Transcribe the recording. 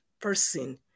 person